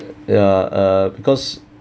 ya uh because